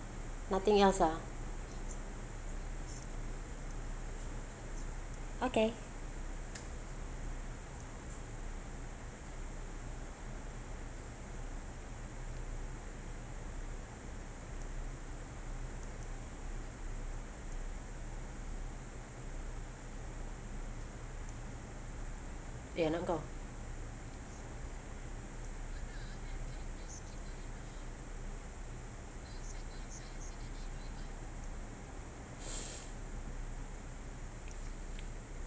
nothing else ah okay eh anang gao